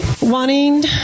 wanting